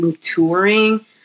touring